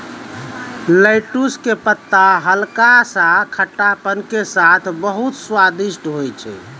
lettuce के पत्ता हल्का सा खट्टापन के साथॅ बहुत स्वादिष्ट होय छै